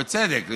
ובצדק.